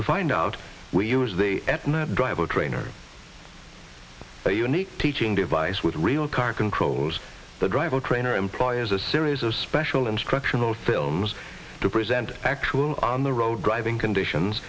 to find out we use the driver trainer a unique teaching device with real car controls the driver trainer employers a series of special instructional films to present actual on the road driving conditions